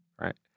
right